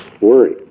worried